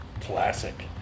Classic